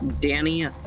danny